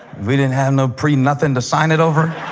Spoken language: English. we didn't have no pre-nothing to sign it over.